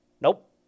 Nope